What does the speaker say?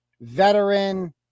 veteran